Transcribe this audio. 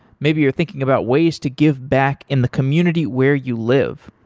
maybe you're thinking about ways to give back in the community where you live.